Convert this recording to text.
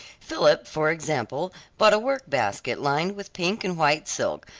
philip, for example, bought a work-basket, lined with pink and white silk,